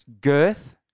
girth